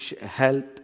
health